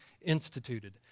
instituted